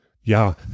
Ja